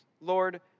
Lord